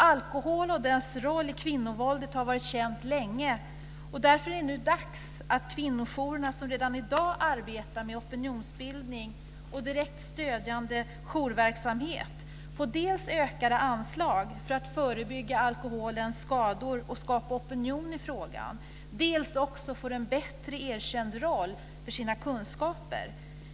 Alkholens roll i kvinnovåldet har länge varit känd, och därför är det nu dags att kvinnojourerna, som redan i dag arbetar med opinionsbildning och direkt stödjande jourverksamhet, dels får ökade anslag för att förebygga alkoholens skador och skapa opinion i frågan, dels får en bättre erkänd roll för sina kunskaper.